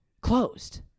closed